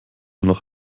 noch